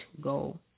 go